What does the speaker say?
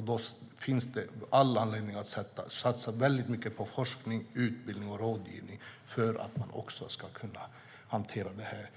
Därför finns all anledning att satsa mycket på forskning, utbildning och rådgivning för att kunna hantera dessa frågor